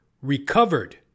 recovered